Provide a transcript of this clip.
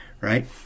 right